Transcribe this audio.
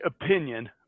opinion